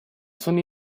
sono